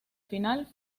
final